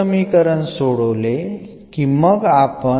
നമുക്ക് എന്നു ലഭിക്കുന്നു